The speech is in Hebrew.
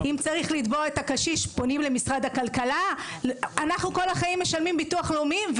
אנחנו משלמים ביטוח לאומי כל חיינו,